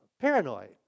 paranoid